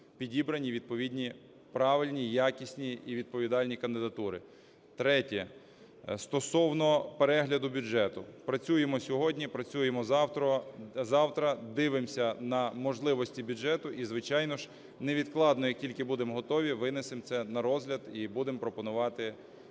підібрані відповідні правильні, якісні і відповідальні кандидатури. Третє. Стосовно перегляду бюджету, працюємо сьогодні, працюємо завтра, дивимося на можливості бюджету, і, звичайно ж, невідкладно, як тільки будемо готові, винесемо це на розгляд і будемо пропонувати